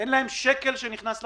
אין להם שקל שנכנס לחשבון.